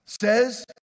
says